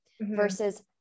versus